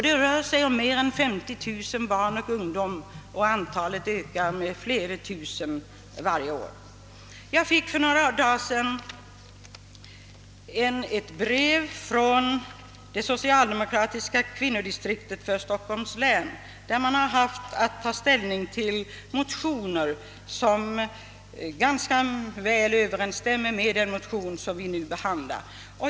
Det rör sig om mer än 50 000 barn och ungdomar och antalet ökar med flera tusen varje år. Jag fick för några dagar sedan ett brev från det socialdemokratiska kvinnodistriktet i Stockholms län, där man haft att ta ställning till motioner som ganska väl överensstämmer med den motion som vi nu behandlar.